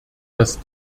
dass